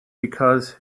because